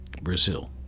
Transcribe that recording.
Brazil